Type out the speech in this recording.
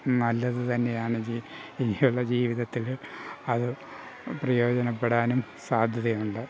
നല്ലത് തന്നെയാണ് ഇനിയുള്ള ജീവിതത്തിൽ അതു പ്രയോജനപ്പെടാനും സാധ്യതയുണ്ട്